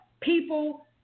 people